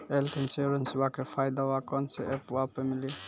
Health इंश्योरेंसबा के फायदावा कौन से ऐपवा पे मिली?